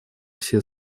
все